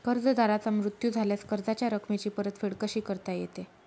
कर्जदाराचा मृत्यू झाल्यास कर्जाच्या रकमेची परतफेड कशी करता येते?